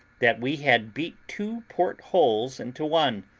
that we had beat two port-holes into one,